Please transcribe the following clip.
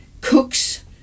cooks